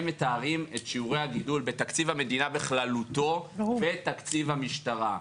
הם מתארים את שיעורי הגידול בתקציב המדינה בכללותו ותקציב המשטרה.